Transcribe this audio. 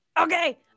Okay